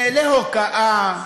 להוקעה,